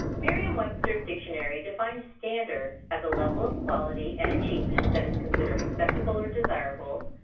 merriam-webster's dictionary defines standards as a level of quality and achievement that is considered acceptable or desirable,